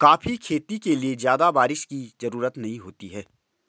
coffee खेती के लिए ज्यादा बाऱिश की जरूरत नहीं होती है